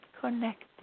connected